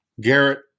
garrett